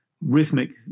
rhythmic